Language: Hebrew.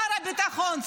שר הביטחון,